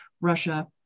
Russia